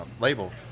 label